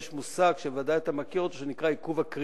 יש מושג שוודאי אתה מכיר אותו: עיכוב הקריאה.